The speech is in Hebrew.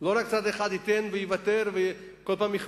ולא רק צד אחד ייתן ויוותר וכל פעם עושים